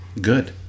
Good